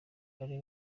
kare